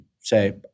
say